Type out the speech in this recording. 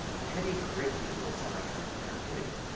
but how do you create these little semi-transparent images.